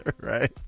Right